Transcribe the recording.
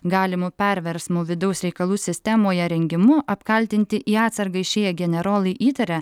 galimu perversmu vidaus reikalų sistemoje rengimu apkaltinti į atsargą išėję generolai įtaria